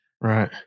right